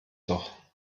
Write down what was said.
doch